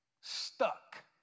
stuck